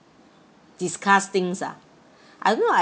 discuss things ah I don't know I